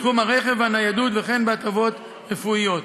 בתחום הרכב והניידות וכן בהטבות רפואיות.